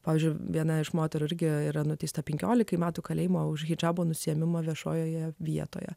pavyzdžiui viena iš moterų irgi yra nuteista penkiolikai metų kalėjimo už hidžabo nuėmimą viešojoje vietoje